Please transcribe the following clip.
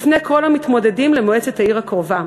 בפני כל המתמודדים למועצת העיר הקרובה.